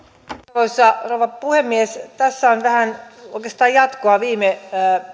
arvoisa rouva puhemies tässä on vähän oikeastaan jatkoa viime